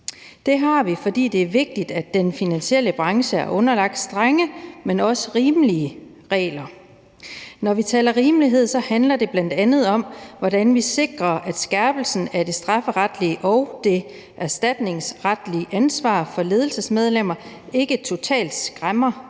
Det har vi, fordi det er vigtigt, at den finansielle branche er underlagt strenge, men også rimelige regler. Når vi taler rimelighed, handler det bl.a. om, hvordan vi sikrer, at skærpelsen af det strafferetlige og det erstatningsretlige ansvar for ledelsesmedlemmer ikke totalt skræmmer